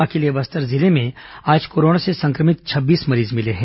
अकेले बस्तर जिले में आज कोरोना से संक्रमित छब्बीस मरीज मिले हैं